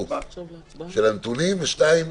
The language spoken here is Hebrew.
הנתונים; שתיים,